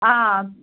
آ